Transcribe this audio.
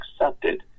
accepted